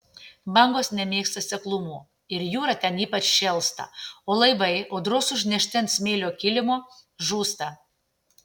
bangos nemėgsta seklumų ir jūra ten ypač šėlsta o laivai audros užnešti ant smėlio kilimo žūsta